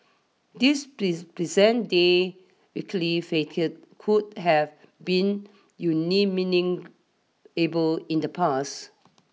this present day swanky facade would have been unimaginable in the past